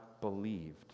believed